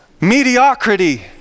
mediocrity